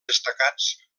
destacats